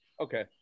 Okay